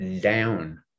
down